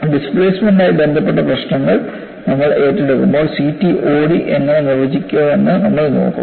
displacement ആയി ബന്ധപ്പെട്ട പ്രശ്നങ്ങൾ നമ്മൾ ഏറ്റെടുക്കുമ്പോൾ CTOD എങ്ങനെ നിർവചിക്കപ്പെടുന്നുവെന്ന് നമ്മൾ നോക്കും